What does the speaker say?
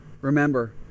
Remember